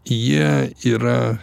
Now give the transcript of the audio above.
jie yra